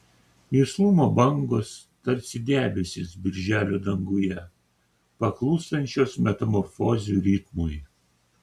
juslumo bangos tarsi debesys birželio danguje paklūstančios metamorfozių ritmui